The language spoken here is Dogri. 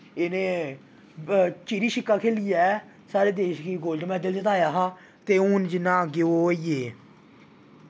इ'नें चिड़ी शिक्का खेलियै साढ़ै देश गी गोल्ड मैडल जताया हा ते हून जि'यां अग्गें ओह् होई गे